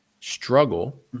struggle